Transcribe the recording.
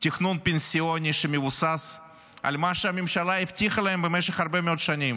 תכנון פנסיוני שמבוסס על מה שהממשלה הבטיחה להם במשך הרבה מאוד שנים,